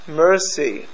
mercy